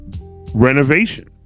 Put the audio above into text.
renovation